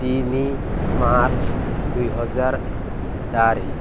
ତିନି ମାର୍ଚ୍ଚ ଦୁଇହଜାର ଚାରି